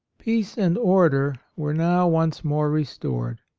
peace and order were now once more restored.